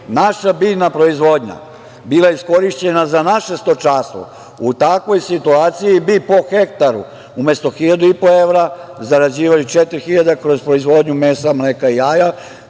naša biljna proizvodnja bila iskorišćena za naše stočarstvo, u takvoj situaciji bi po hektaru umesto 1.500 evra zarađivali 4.000 kroz proizvodnju mesa, mleka i jaja.